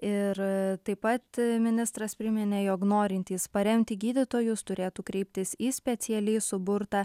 ir taip pat ministras priminė jog norintys paremti gydytojus turėtų kreiptis į specialiai suburtą